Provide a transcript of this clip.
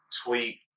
tweet